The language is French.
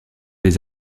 des